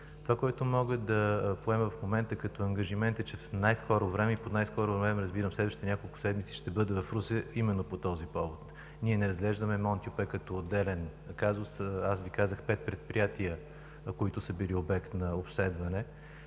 Това, което мога да поема в момента като ангажимент, е, че в най-скоро време – и под „най-скоро време“ разбирам в следващите няколко седмици, ще бъда в Русе именно по този повод. Ние не разглеждаме „Монтюпе“ като отделен казус. Аз Ви казах пет предприятия, които са били обект на обследване.